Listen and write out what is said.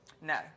No